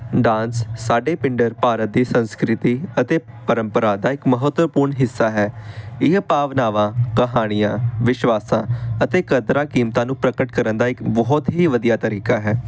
dance ਸਾਡੇ ਪਿੰਡਰ ਭਾਰਤ ਦੀ ਸੰਸਕ੍ਰਿਤੀ ਅਤੇ ਪਰੰਪਰਾ ਦਾ ਇੱਕ ਮਹੱਤਵਪੂਰਨ ਹਿੱਸਾ ਹੈ ਇਹ ਭਾਵਨਾਵਾਂ ਕਹਾਣੀਆਂ ਵਿਸ਼ਵਾਸਾਂ ਅਤੇ ਕਦਰਾਂ ਕੀਮਤਾਂ ਨੂੰ ਪ੍ਰਗਟ ਕਰਨ ਦਾ ਇੱਕ ਬਹੁਤ ਹੀ ਵਧੀਆ ਤਰੀਕਾ ਹੈ